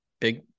big –